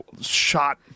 shot